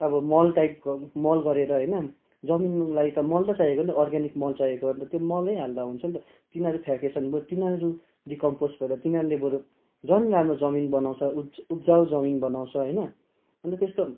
अब मल टाइपको मल गरेर होइन जमिनलाई त मल त चाहियो नि त अर्गानिक मल चाहिएको अन्त त्यो मलै हाल्दा हुन्छ नि त तिनीहरू फ्याँकेछ भने बरु तिनीहरू डिकम्पोज भएर तिनीहरूले बरु झन् राम्रो जमिन बनाउँछ उब् उब्जाउ जमिन बनाउँछ होइन अन्त त्यस्तो